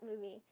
movie